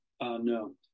No